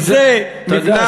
מזה נבנה העולם,